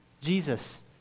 Jesus